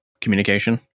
communication